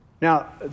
Now